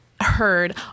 heard